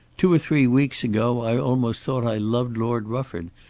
two or three weeks ago i almost thought i loved lord rufford,